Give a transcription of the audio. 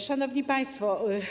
Szanowni Państwo!